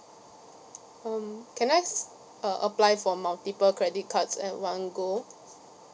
um can I s~ uh apply for multiple credit cards at one go